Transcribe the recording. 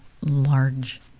large